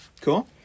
Cool